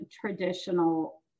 traditional